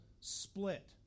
split